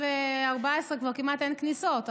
מ-2014 כבר כמעט אין כניסות,